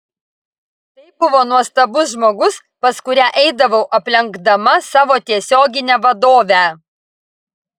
tai buvo nuostabus žmogus pas kurią eidavau aplenkdama savo tiesioginę vadovę